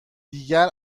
دیگر